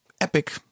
epic